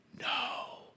No